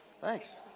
Thanks